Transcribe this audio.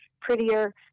prettier